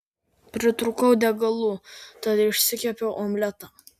pritrūkau degalų tad išsikepiau omletą